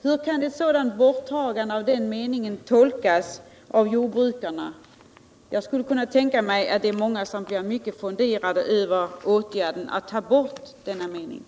Hur kan ett borttagande av den meningen tolkas av jordbrukarna? Jag tror att många blir fundersamma över en sådan åtgärd.